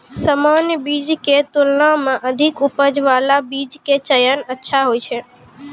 सामान्य बीज के तुलना मॅ अधिक उपज बाला बीज के चयन अच्छा होय छै